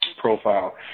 profile